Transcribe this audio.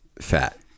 fat